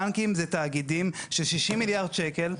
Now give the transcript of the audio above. בנקים זה תאגידים של 60 מיליארד שקלים,